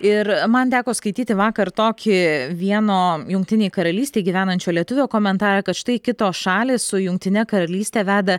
ir man teko skaityti vakar tokį vieno jungtinėj karalystėj gyvenančio lietuvio komentarą kad štai kitos šalys su jungtine karalyste veda